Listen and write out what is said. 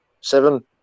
Seven